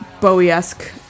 bowie-esque